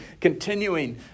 continuing